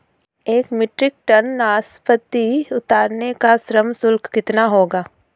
एक metric ton नाशपाती उतारने का श्रम शुल्क कितना होगा?